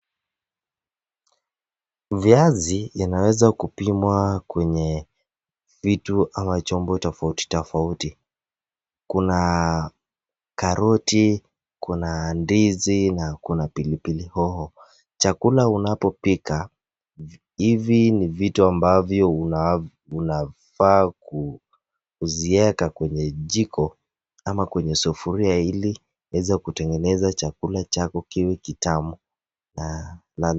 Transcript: Viazi inaweza kupimwa kwenye vitu ama chombo tofauti tofauti. Kuna karoti, kuna ndizi na kuna pilipili hoho. Chakula unapopika hivi ni vitu ambavyo unafaa kuziweka kwenye jiko ama kwenye sufuria ili iweze kutengeneza chakula chako kiwe kitamu na.